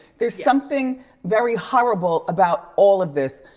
there's something very horrible about all of this.